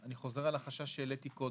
אני חוזר על החשש שהעליתי קודם,